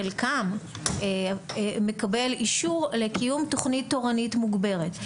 חלקם מקבל אישור לקיום תכנית תורנית מוגברת.